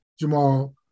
Jamal